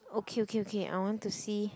okay okay okay I want to see